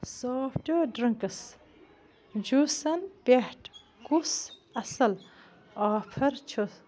soft drinks جوٗسَن پٮ۪ٹھ کُس اصٕل آفر چھُ